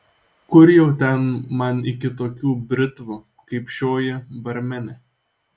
kur jau ten man iki tokių britvų kaip šioji barmene